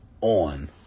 on